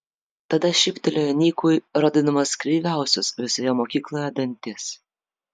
tada šyptelėjo nikui rodydamas kreiviausius visoje mokykloje dantis